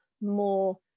more